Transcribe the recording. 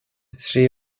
trí